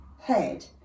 head